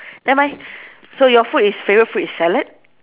never mind so your food is favourite food is salad